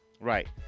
Right